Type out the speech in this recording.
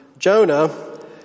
Jonah